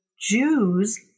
Jews